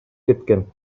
кеткен